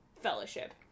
Fellowship